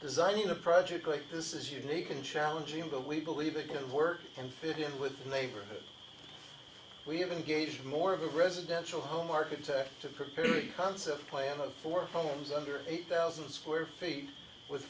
designing a project like this is unique and challenging though we believe it can work and fit in with the neighborhood we have engaged more of a residential home architect to prepare a concept plan of for homes under eight thousand square feet with